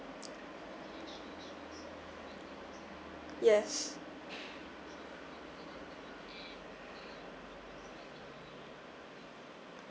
yes